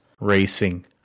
racing